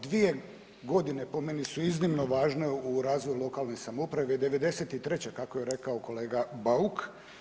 Dvije godine po meni su iznimno važne u razvoju lokalne samouprave '93. kako je rekao kolega Bauk.